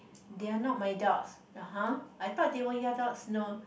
they are not my dogs !huh! I thought they were your dogs no